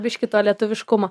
biškį to lietuviškumo